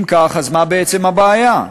אם כך, אז מה בעצם הבעיה?